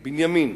בנימין,